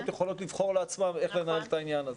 יכולות לבחור לעצמן איך לנהל את העניין הזה.